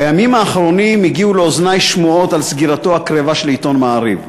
בימים האחרונים הגיעו לאוזני שמועות על סגירתו הקרבה של עיתון "מעריב",